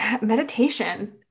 meditation